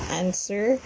answer